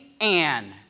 Anne